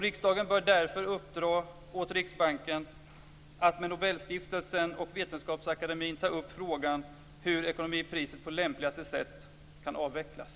Riksdagen bör därför uppdra åt Riksbanken att med Nobelstiftelsen och Vetenskapsakademin ta upp frågan hur ekonomipriset på lämpligaste sätt kan avvecklas.